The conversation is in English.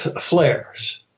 flares